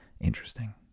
interesting